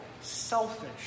selfish